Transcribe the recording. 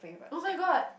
oh-my-god